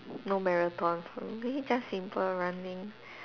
no marathon for me maybe just simple running